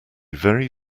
very